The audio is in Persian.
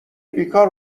بیکار